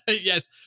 Yes